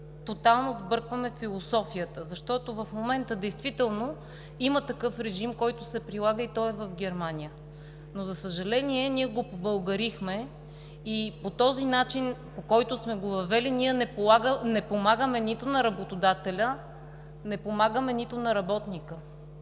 тотално сбъркваме философията, защото в момента действително има такъв режим, който се прилага и той е в Германия. За съжаление, ние го побългарихме и по този начин, по който сме го въвели, ние не помагаме нито на работодателя, не помагаме нито на работника.